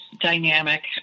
dynamic